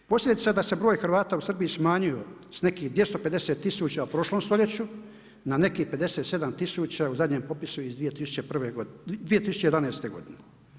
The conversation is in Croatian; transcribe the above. Posljedica da se broj Hrvata u Srbiji smanjio sa nekih 250tisuća u prošlom stoljeću, na nekih 57 tisuća u zadnjem popisu iz 2011. godine.